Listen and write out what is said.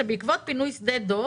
שבעקבות פינוי שדה דב